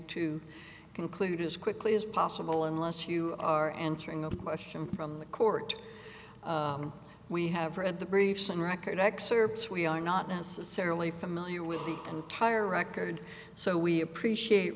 conclude as quickly as possible unless you are answering a question from the court we have read the briefs and record excerpts we are not necessarily familiar with the entire record so we appreciate